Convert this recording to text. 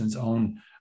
own